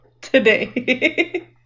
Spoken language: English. today